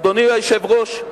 אדוני היושב-ראש,